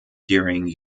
during